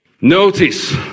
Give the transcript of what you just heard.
Notice